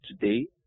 today